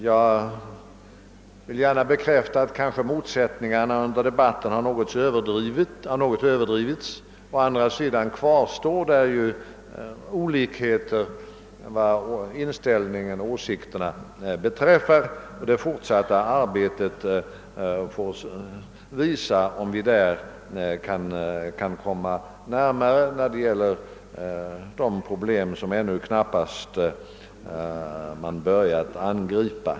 Jag vill gärna bekräfta att motsättningarna i den offentliga debatten tidigare har överdrivits något. Å andra sidan kvarstår ju väsentliga åsiktsolikheter. Det fortsatta arbetet får visa om vi kan komma varandra närmare när det gäller de problem som ännu knappast börjat angripas.